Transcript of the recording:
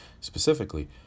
Specifically